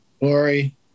Lori